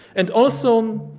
and also,